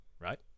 right